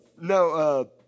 no